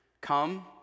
come